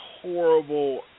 horrible